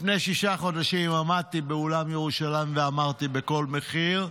לפני שישה חודשים עמדתי באולם ירושלים ואמרתי: בכל מחיר,